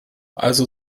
also